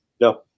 No